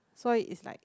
so it's like